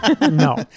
no